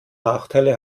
nachteile